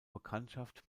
bekanntschaft